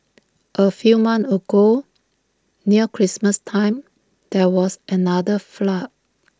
A few months ago near Christmas time there was another flood